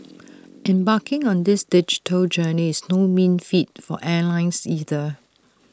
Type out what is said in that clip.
embarking on this digital journey is no mean feat for airlines either